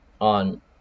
on